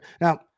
Now